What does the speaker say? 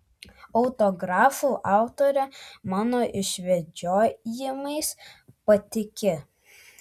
autografų autorė mano išvedžiojimais patiki